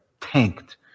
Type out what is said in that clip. tanked